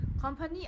Company